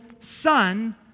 son